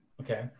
okay